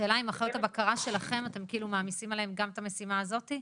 השאלה אם אחיות הבקרה שלכם אתם כאילו מעמיסים עליהן גם את המשימה הזאתי?